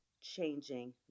changing